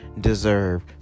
deserve